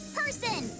person